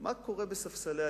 מה קורה בספסלי הליכוד?